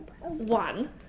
one